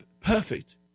perfect